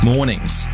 Mornings